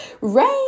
Rain